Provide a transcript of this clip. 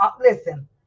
Listen